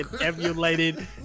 emulated